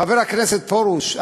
חבר הכנסת פרוש,